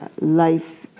life